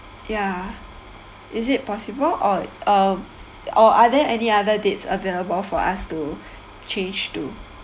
ya is it possible or uh or are there any other dates available for us to change to